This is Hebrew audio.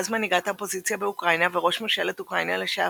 אז מנהיגת האופוזיציה באוקראינה וראש ממשלת אוקראינה לשעבר.